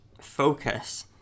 focus